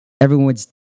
everyone's